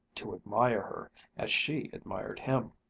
to admire her as she admired him.